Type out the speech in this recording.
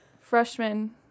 freshman